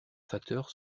facteur